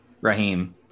Raheem